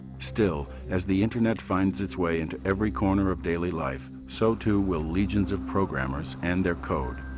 still as the internet finds its way into every corner of daily life, so, too will legions of programmers and their code,